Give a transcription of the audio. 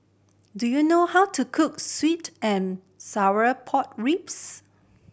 do you know how to cook sweet and sour pork ribs